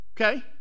okay